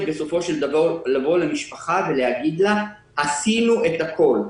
בסופו של דבר לבוא למשפחה ולהגיד לה: עשינו את הכול.